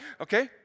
okay